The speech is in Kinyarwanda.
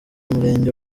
murenge